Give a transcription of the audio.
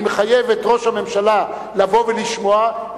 אני מחייב את ראש הממשלה לבוא ולשמוע,